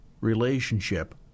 relationship